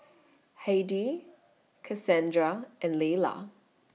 Heidi Kassandra and Leyla